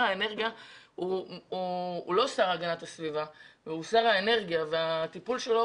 האנרגיה הוא לא השר להגנת הסביבה אלא הוא שר האנרגיה והטיפול שלו